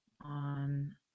on